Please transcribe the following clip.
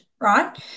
right